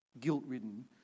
guilt-ridden